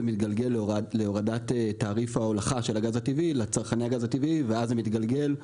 מתגלגל להורדת תעריף ההולכה של הגז הטבעי לצרכני הגז הטבעי ואז זה מתגלגל.